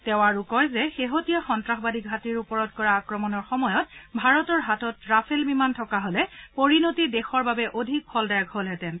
তেওঁ কয় যে শেহতীয়া সন্তাসবাদী ঘাটীৰ ওপৰত কৰা আক্ৰমণৰ সময়ত ভাৰতৰ হাতত ৰাফেল বিমান থকা হলে পৰিণতি দেশৰ বাবে অধিক ফলদায়ক হলহেঁতেন